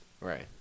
Right